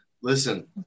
Listen